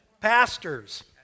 pastors